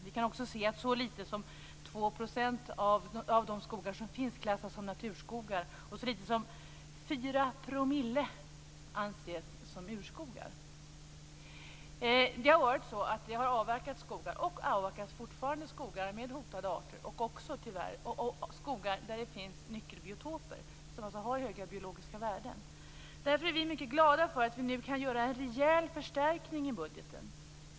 Vi kan också se att så lite som 2 % av de skogar som finns klassas som naturskogar, och så lite som 4 % anses som urskogar. Det har avverkats och avverkas fortfarande skogar med hotade arter och också, tyvärr, skogar där det finns nyckelbiotoper, biotoper som har höga biologiska värden. Därför är vi mycket glada för att vi nu kan göra en rejäl förstärkning i budgeten.